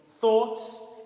thoughts